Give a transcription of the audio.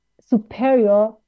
superior